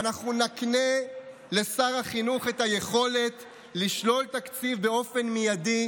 ואנחנו נקנה לשר החינוך את היכולת לשלול תקציב באופן מיידי,